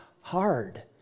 hard